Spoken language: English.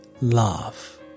love